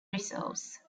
reserves